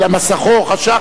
אלא מסכו חשך,